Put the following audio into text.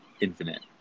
infinite